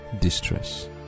distress